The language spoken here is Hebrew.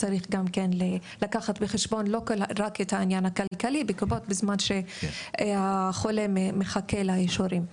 לא רק את העניין הכלכלי בזמן שהחולה מחכה לאישורים.